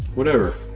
whatever.